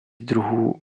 druhů